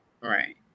Right